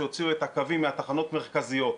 שהוציאו את הקווים מהתחנות המרכזיות,